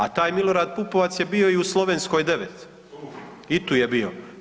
A taj Milorad Pupovac je bio i u Slovenskoj 9. I tu je bio.